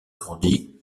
grandit